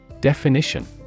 Definition